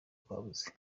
twabuze